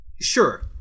Sure